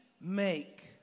make